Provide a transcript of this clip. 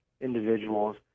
individuals